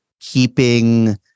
keeping